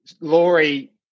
Laurie